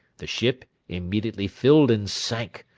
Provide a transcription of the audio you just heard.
the ship immediately filled and sank,